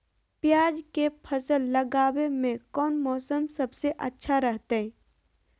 प्याज के फसल लगावे में कौन मौसम सबसे अच्छा रहतय?